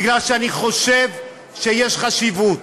מכיוון שאני חושב שיש חשיבות,